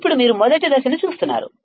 ఇప్పుడు మీరు మొదటి దశను చూస్తున్నారు